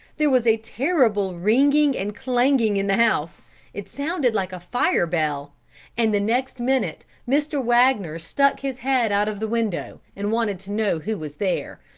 there was a terrible ringing and clanging in the house it sounded like a fire bell and the next minute mr. wagner stuck his head out of the window and wanted to know who was there.